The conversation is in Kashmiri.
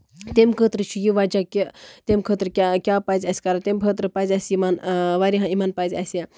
تَمہِ خٲطرٕ چھُ یہِ وَجہہ کہِ تَمہِ خٲطرٕ کیاہ کیاہ پَزِ اَسہِ کرُن تَمہِ خٲطرٕ پَزِ اَسہِ یِمن واریاہ یِمن پَزِ اَسہِ